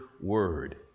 word